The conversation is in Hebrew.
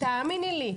תאמיני לי,